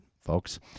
folks